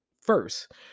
first